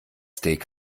steak